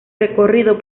recorrido